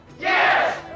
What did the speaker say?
Yes